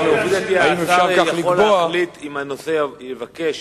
השר יבקש